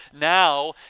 now